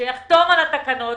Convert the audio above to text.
שיחתום על תקנות